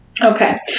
Okay